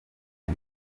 the